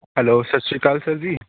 hello Sat Sri Akal sir ਜੀ